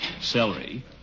Celery